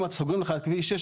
אם סוגרים לך את כביש 6,